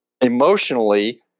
Emotionally